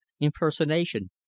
impersonation